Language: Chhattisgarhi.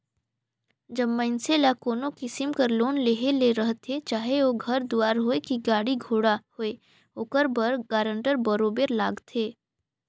जब मइनसे ल कोनो किसिम कर लोन लेहे ले रहथे चाहे ओ घर दुवार होए कि गाड़ी घोड़ा होए ओकर बर गारंटर बरोबेर लागथे